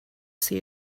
see